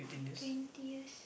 twenty years